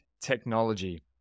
technology